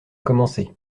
commencer